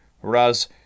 Whereas